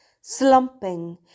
slumping